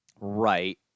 Right